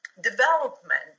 development